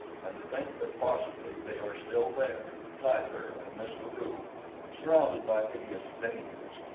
and to think that possibly they are still there tyler and miss la rue surrounded by hideous dangers,